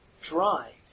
drive